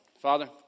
Father